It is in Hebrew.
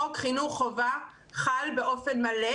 חוק חינוך חובה חל באופן מלא,